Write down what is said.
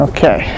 Okay